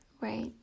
Right